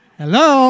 hello